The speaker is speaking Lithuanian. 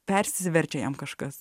persiverčia jam kažkas